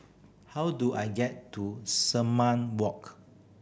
how do I get to Walk